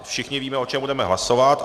Všichni víme, o čem budeme hlasovat.